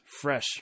fresh